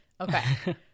Okay